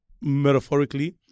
metaphorically